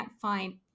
find